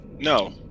No